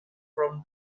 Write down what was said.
from